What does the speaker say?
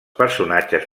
personatges